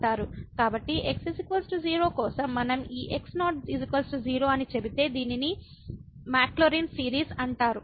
కాబట్టి x 0 కోసం మనం ఈ x0 0 అని చెబితే దీనిని మాక్లౌరిన్ సిరీస్ అంటారు